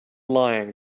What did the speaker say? lion